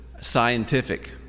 scientific